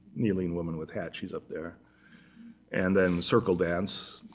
kneeling woman with hat. she's up there and then circle dance,